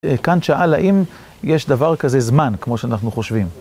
כאן שאל האם יש דבר כזה זמן כמו שאנחנו חושבים.